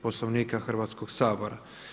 Poslovnika Hrvatskog sabora.